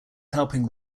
helping